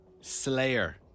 Slayer